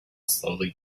slowly